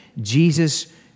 Jesus